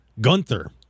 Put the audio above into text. Gunther